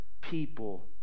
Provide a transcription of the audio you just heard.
people